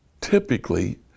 typically